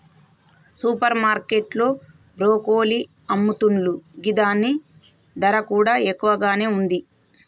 super market లో broccoli అమ్ముతున్లు గిదాని ధర కూడా ఎక్కువగానే ఉంది